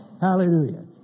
Hallelujah